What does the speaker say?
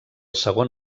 segon